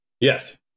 Yes